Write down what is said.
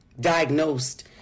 diagnosed